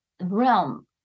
realm